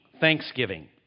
Thanksgiving